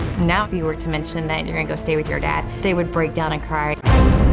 now if you were to mention that you're gonna go stay with your dad, they would break down and cry.